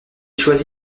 choisi